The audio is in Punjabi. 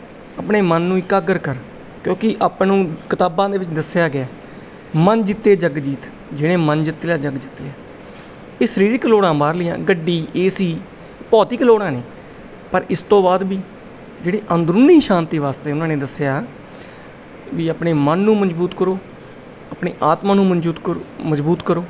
ਆਪਣੇ ਮਨ ਨੂੰ ਇਕਾਗਰ ਕਰ ਕਿਉਂਕਿ ਆਪਾਂ ਨੂੰ ਕਿਤਾਬਾਂ ਦੇ ਵਿੱਚ ਦੱਸਿਆ ਗਿਆ ਮਨ ਜਿੱਤੇ ਜਗ ਜੀਤ ਜਿਹੜੇ ਮਨ ਜਿੱਤਿਆ ਜਗ ਜਿੱਤਿਆ ਇਹ ਸਰੀਰਕ ਲੋੜਾਂ ਬਾਹਰਲੀਆਂ ਗੱਡੀ ਏਸੀ ਭੌਤਿਕ ਲੋੜਾਂ ਨੇ ਪਰ ਇਸ ਤੋਂ ਬਾਅਦ ਵੀ ਜਿਹੜੇ ਅੰਦਰੂਨੀ ਸ਼ਾਂਤੀ ਵਾਸਤੇ ਉਹਨਾਂ ਨੇ ਦੱਸਿਆ ਵੀ ਆਪਣੇ ਮਨ ਨੂੰ ਮਜ਼ਬੂਤ ਕਰੋ ਆਪਣੀ ਆਤਮਾ ਨੂੰ ਮਨਜੂਤ ਮਜ਼ਬੂਤ ਕਰੋ